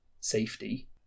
safety